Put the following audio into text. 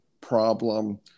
problem